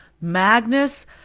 Magnus